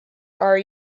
are